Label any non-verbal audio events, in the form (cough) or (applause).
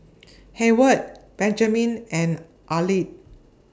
(noise) Hayward Benjman and Arleth